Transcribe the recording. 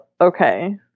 okay